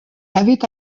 avaient